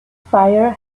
fire